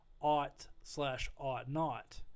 ought-slash-ought-not